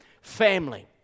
family